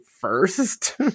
first